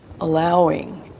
allowing